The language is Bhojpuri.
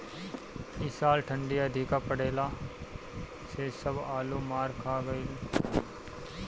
इ साल ठंडी अधिका पड़ला से सब आलू मार खा गइलअ सन